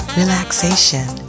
relaxation